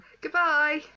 Goodbye